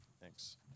Thanks